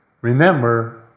remember